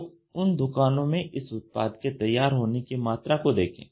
तो उन दुकानों में इस उत्पाद के तैयार होने की मात्रा को देखें